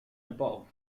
above